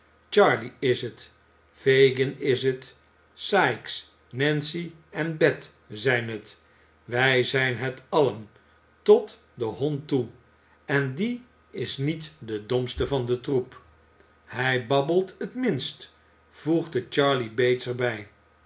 charley is het fagin is het sikes nancy en bet zijn het wij zijn het allen tot den hond toe en die is niet de domste van den troep hij babbelt het minst voegde charley bates i er bij